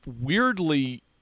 weirdly